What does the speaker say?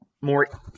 more